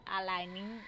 aligning